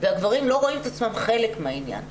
והגברים לא רואים את עצמם חלק מהעניין.